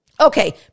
Okay